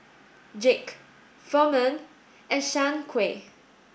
Jake Furman and Shanequa